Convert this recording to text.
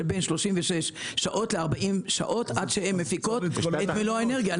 בין 36 שעות ל-40 שעות עד שהן מפיקות את מלוא האנרגיה.